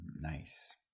nice